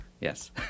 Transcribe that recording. Yes